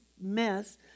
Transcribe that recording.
mess